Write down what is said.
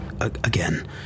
again